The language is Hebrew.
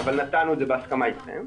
אבל נתנו את זה בהסכמה אתכם,